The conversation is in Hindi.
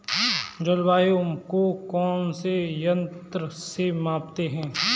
जलवायु को कौन से यंत्र से मापते हैं?